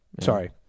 Sorry